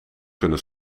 kunnen